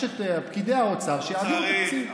יש את פקידי האוצר שיעבירו את התקציב.